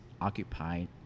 occupied